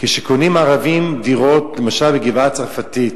כשקונים ערבים דירות, למשל בגבעה-הצרפתית,